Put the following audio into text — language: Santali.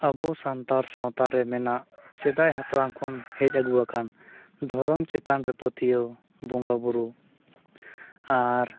ᱟᱵᱚ ᱥᱟᱱᱛᱟᱲ ᱥᱟᱶᱛᱟᱨᱮ ᱢᱮᱱᱟᱜ ᱥᱮᱫᱟᱭ ᱦᱟᱯᱲᱟᱢ ᱠᱷᱚᱱ ᱦᱮᱡ ᱟᱹᱜᱩ ᱟᱠᱟᱱ ᱫᱷᱚᱨᱚᱢ ᱪᱮᱛᱟᱱ ᱨᱮ ᱯᱟᱹᱛᱭᱟᱹᱣ ᱵᱚᱸᱜᱟᱼᱵᱩᱨᱩ ᱟᱨ